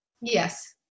Yes